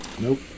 nope